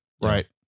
Right